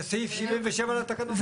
זה סעיף 77 לתקנות.